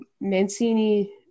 Mancini